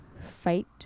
fight